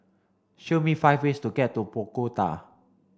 show me five ways to get to Bogota